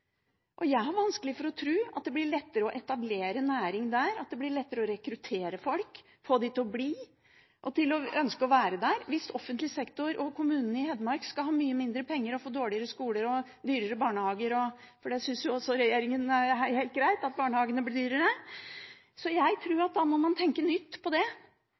Jeg har vanskelig for å tro at det blir lettere å etablere næring der, at det blir lettere å rekruttere folk, og få dem til å bli og til å ønske å være der, hvis offentlig sektor og kommunene i Hedmark skal ha mye mindre penger og få dårligere skoler og dyrere barnehager – for det synes jo også regjeringen er helt greit, at barnehagene blir dyrere. Jeg tror at man må tenke nytt. Man kan ikke rive unna det